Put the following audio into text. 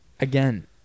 Again